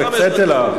הקציתי לך,